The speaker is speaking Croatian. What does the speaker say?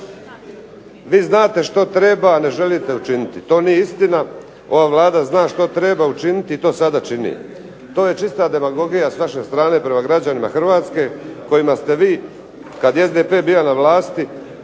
vi znate što treba, ne želite učiniti. To nije istina, ova Vlada što treba učiniti i to sada čini. To je čista demagogija s vaše strane prema građanima Hrvatske kojima ste vi, kad je SDP bio na vlasti,